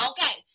Okay